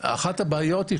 אחת הבעיות היא,